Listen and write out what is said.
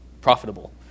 profitable